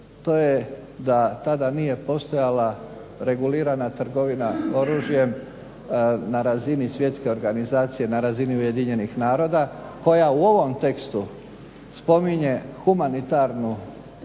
to je da tada nije postojala regulirana trgovina oružjem na razini svjetske organizacije, na razini UN-a koja u ovom tekstu spominje humanitarnu